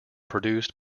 produced